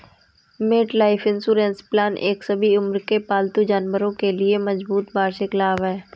MetLife insurance plan एक सभी उम्र के पालतू जानवरों के लिए मजबूत वार्षिक लाभ है